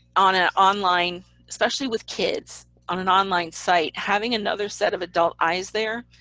on an online especially with kids on an online site, having another set of adult eyes there,